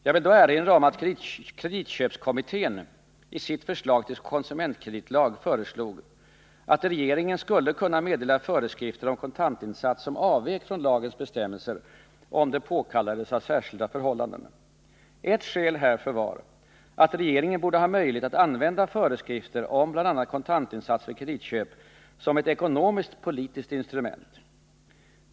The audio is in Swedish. Jag vill då erinra om att kreditköpskommittén i sitt förslag till konsumentkreditlag föreslog att regeringen skulle kunna meddela föreskrifter om kontantinsats som avvek från lagens bestämmelser, om det påkallades av särskilda förhållanden. Ett skäl härför var att regeringen borde ha möjlighet att använda föreskrifter om bl.a. kontantinsats vid kreditköp som ett ekonomisk-politiskt instrument.